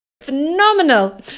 Phenomenal